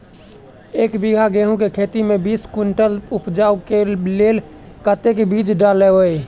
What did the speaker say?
एक बीघा गेंहूँ खेती मे बीस कुनटल उपजाबै केँ लेल कतेक बीज डालबै?